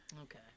Okay